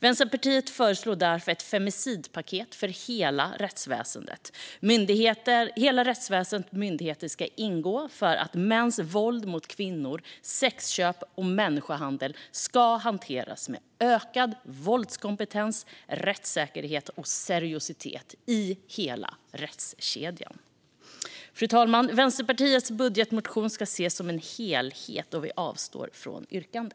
Vänsterpartiet föreslår därför ett femicidpaket för hela rättsväsendets myndigheter för att mäns våld mot kvinnor, sexköp och människohandel ska hanteras med ökad våldskompetens, rättssäkerhet och seriositet i hela rättskedjan. Fru talman! Vänsterpartiets budgetmotion ska ses som en helhet, och vi avstår från yrkande.